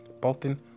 Bolton